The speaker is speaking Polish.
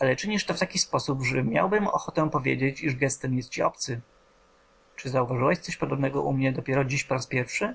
ale czynisz to w taki sposób że miałbym ochotę powiedzieć iż gest ten jest ci obcy czy zauważyłeś coś podobnego u mnie dopiero dziś po raz pierwszy